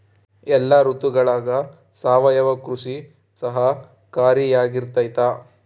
ಎಲ್ಲ ಋತುಗಳಗ ಸಾವಯವ ಕೃಷಿ ಸಹಕಾರಿಯಾಗಿರ್ತೈತಾ?